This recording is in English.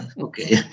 Okay